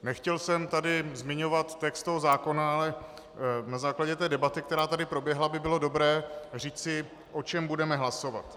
Nechtěl jsem tady zmiňovat text toho zákona, ale na základě debaty, která tady proběhla, by bylo dobré říci, o čem budeme hlasovat.